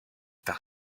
par